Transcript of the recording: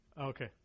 Okay